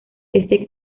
este